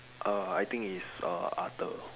err I think it's err arthur